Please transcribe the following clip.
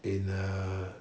in err